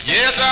Yes